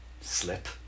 slip